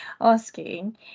asking